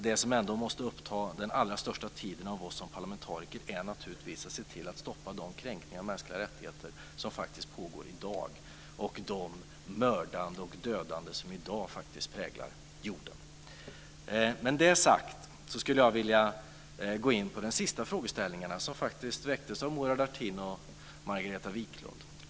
Det som ändå måste uppta den allra största tiden för oss som parlamentariker är naturligtvis att se till att stoppa de kränkningar av mänskliga rättigheter som pågår i dag och det mördande och dödande som i dag präglar jorden. Med det sagt skulle jag vilja gå in på den sista frågeställningen, som faktiskt väcktes av Murad Artin och Margareta Viklund.